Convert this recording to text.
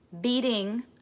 beating